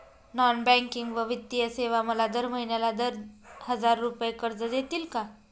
Non banking व वित्तीय सेवा मला दर महिन्याला दहा हजार रुपये कर्ज देतील का?